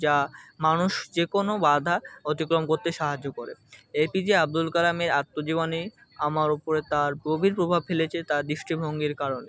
যা মানুষ যে কোনো বাঁধা অতিক্রম করতে সাহায্য করে এপিজে আবদুল কালামের আত্মজীবনী আমার ওপরে তার গভীর প্রভাব ফেলেছে তার দৃষ্টিভঙ্গির কারণে